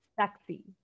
sexy